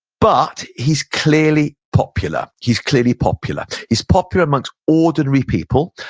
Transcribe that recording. but, he's clearly popular. he's clearly popular. he's popular amongst ordinary people.